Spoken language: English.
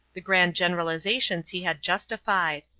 the grand generalizations he had justified.